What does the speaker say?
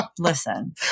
Listen